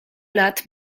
lat